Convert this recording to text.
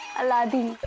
aladdin